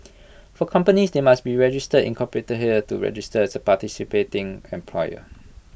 for companies they must be register incorporate here to register as A participating employer